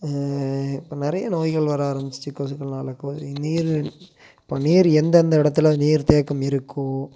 இப்போ நிறைய நோய்கள் வர ஆரம்பிடுச்சி கொசுக்கள்னால் கொ நீர் இப்போ நீர் எந்தெந்த இடத்துல நீர் தேக்கம் இருக்கோ